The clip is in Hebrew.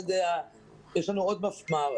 יש לנו עוד מפמ"ר,